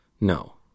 No